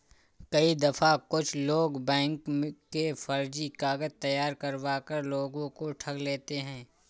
कई दफा कुछ लोग बैंक के फर्जी कागज तैयार करवा कर लोगों को ठग लेते हैं